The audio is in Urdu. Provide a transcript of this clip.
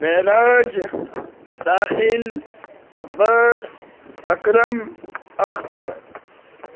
معراج ساحل عباس اکرم اختر